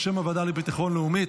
בשם הוועדה לביטחון לאומי,